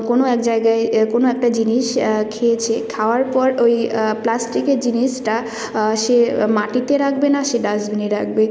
কোনো এক জায়গায় কোনো একটা জিনিস খেয়েছে খাওয়ার পর ওই প্লাস্টিকের জিনিসটা সে মাটিতে রাখবে না সে ডাস্টবিনে রাখবে